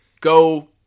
go